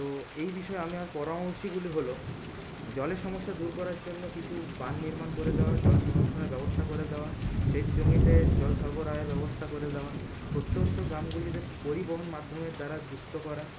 তো এই বিষয়ে আমার পরামর্শগুলি হল জলের সমস্যা দূর করার জন্য কিছু বাঁধ নির্মাণ করে দেওয়া জল সংরক্ষণের ব্যবস্থা করে দেওয়া সেচ জমিতে জল সরবরাহের ব্যবস্থা করে দেওয়া প্রত্যন্ত গ্রামগুলিতে পরিবহন মাধ্যমের দ্বারা যুক্ত করা